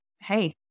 hey